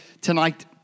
tonight